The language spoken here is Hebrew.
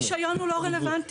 הרישיון הוא לא רלוונטי.